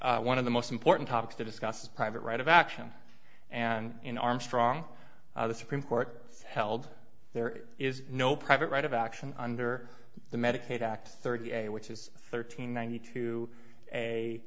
discuss one of the most important topics to discuss private right of action and in armstrong the supreme court held there is no private right of action under the medicaid act thirty eight which is thirteen ninety two a